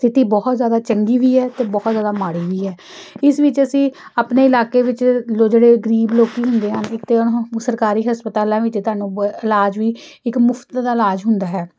ਸਥਿਤੀ ਬਹੁਤ ਜ਼ਿਆਦਾ ਚੰਗੀ ਵੀ ਹੈ ਅਤੇ ਬਹੁਤ ਜ਼ਿਆਦਾ ਮਾੜੀ ਵੀ ਹੈ ਇਸ ਵਿੱਚ ਅਸੀਂ ਆਪਣੇ ਇਲਾਕੇ ਵਿੱਚ ਲੋ ਜਿਹੜੇ ਗਰੀਬ ਲੋਕ ਹੁੰਦੇ ਹਨ ਇੱਕ ਤਾਂ ਉਹ ਸਰਕਾਰੀ ਹਸਪਤਾਲਾਂ ਵਿੱਚ ਤੁਹਾਨੂੰ ਬ ਇਲਾਜ ਵੀ ਇੱਕ ਮੁਫ਼ਤ ਦਾ ਇਲਾਜ ਹੁੰਦਾ ਹੈ